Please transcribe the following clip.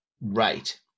Right